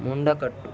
ముండకట్టు